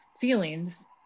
feelings